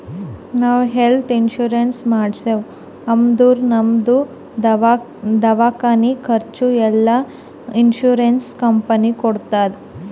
ನಾವ್ health insurance ಮಾಡ್ಸಿವ್ ಅಂದುರ್ ನಮ್ದು ದವ್ಕಾನಿ ಖರ್ಚ್ ಎಲ್ಲಾ ಇನ್ಸೂರೆನ್ಸ್ ಕಂಪನಿ ಕೊಡ್ತುದ್